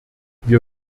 wir